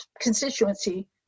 constituency